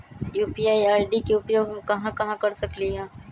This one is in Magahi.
यू.पी.आई आई.डी के उपयोग हम कहां कहां कर सकली ह?